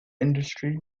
industry